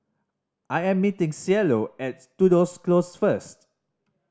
I am meeting Cielo at Tudor Close first